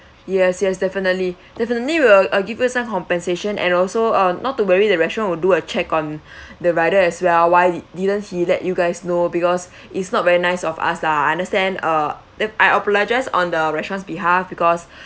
yes yes definitely definitely we will uh give you a compensation and also uh not to worry the restaurant will do a check on the rider as well why didn't he let you guys know because it's not very nice of us lah understand uh I apologized on the restaurant's behalf because